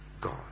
God